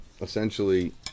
essentially